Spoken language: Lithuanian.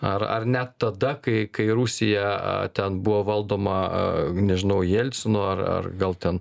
ar ar net tada kai kai rusija ten buvo valdoma nežinau jelcino ar gal ten